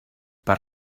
per